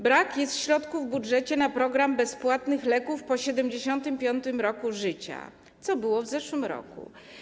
Brak jest środków w budżecie na program bezpłatnych leków po 75. roku życia, co było w zeszłym roku.